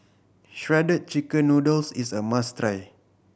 Shredded Chicken Noodles is a must try